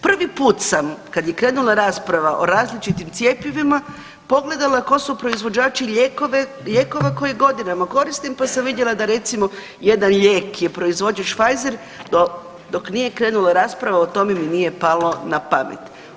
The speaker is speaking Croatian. Prvi put sam, kad je krenula rasprava o različitim cjepivima pogledala tko su proizvođači lijekova koje godinama koristim, pa sam vidjela, da recimo, jedan lijek je proizvođač Pfizer dok nije krenula rasprava o tome mi nije palo na pamet.